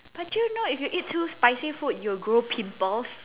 but you know if you eat too spicy food you will grow pimples